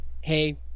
hey